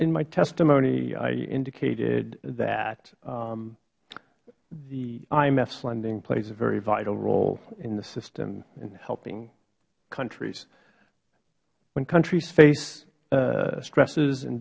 in my testimony i indicated that the imf funding plays a very vital role in the system in helping countries when countries face stresses and